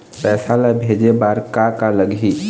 पैसा ला भेजे बार का का लगही?